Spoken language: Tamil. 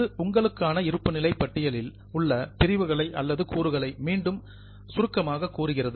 இது உங்களுக்கான இருப்புநிலை பட்டியலில் உள்ள பிரிவுகளை அல்லது கூறுகளை மீண்டும் சம்மர்ரைஸ்சிங் சுருக்கமாகக் கூறுகிறது